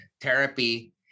therapy